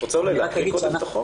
את רוצה להקריא קודם את החוק?